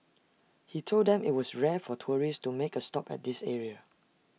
he told them IT was rare for tourists to make A stop at this area